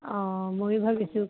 অ ময়ো ভাবিছোঁ